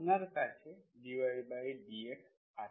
আপনার কাছে dydx12XYhk 1Xh22আছে